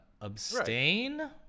abstain